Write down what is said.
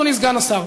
אדוני סגן השר,